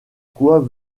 quoi